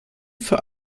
für